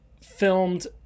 filmed